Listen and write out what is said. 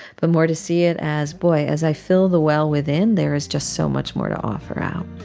but more to see it as, boy, as i fill the well within, there is just so much more to offer out.